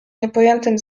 niepojętym